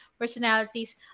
personalities